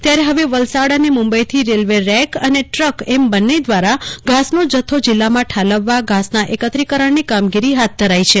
ત્યારે હવે વલસાડ અને મુંબઈથી રેલ્લ રેકઅને ટ્રક એમ બંને દ્વારા ઘાસનો જથ્થો જિલ્લામાં ઠાલવવા ઘાસના એકત્રીકરણની કામગીરી હાથ ધરાઈ છે